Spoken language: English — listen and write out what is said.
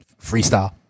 Freestyle